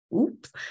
Oops